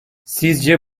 sizce